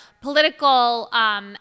political